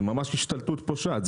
זה ממש השתלטות פושעת.